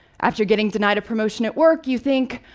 after getting denied a promotion at work, you think,